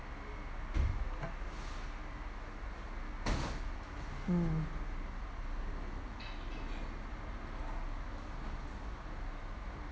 mm